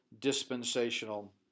dispensational